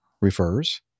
refers